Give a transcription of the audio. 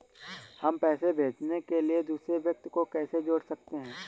हम पैसे भेजने के लिए दूसरे व्यक्ति को कैसे जोड़ सकते हैं?